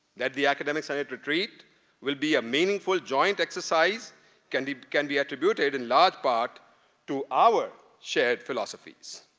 that the academic senate retreat will be a meaningful joint exercise can be can be attributed in large part to our shared philosophies.